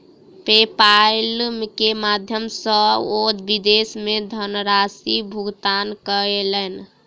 PayPal के माध्यम सॅ ओ विदेश मे धनराशि भुगतान कयलैन